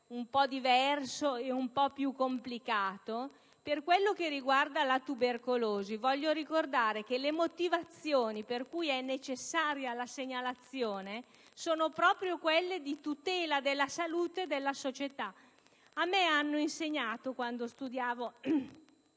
un discorso diverso e un po' più complicato, per quanto riguarda la tubercolosi voglio ricordare che le motivazioni per cui è necessaria la segnalazione sono proprio quelle di tutela della salute della società. A me hanno insegnato, quando studiavo